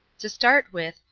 to start with,